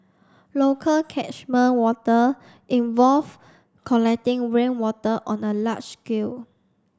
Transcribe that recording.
local catchment water involve collecting rainwater on a large scale